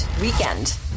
Weekend